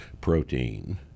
protein